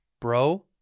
Bro